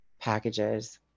packages